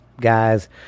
guys